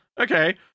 okay